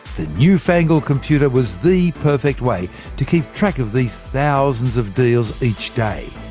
the new-fangled computer was the perfect way to keep track of these thousands of deals each day.